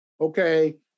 okay